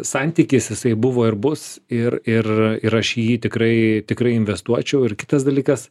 santykis jisai buvo ir bus ir ir ir aš į jį tikrai tikrai investuočiau ir kitas dalykas